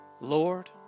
Lord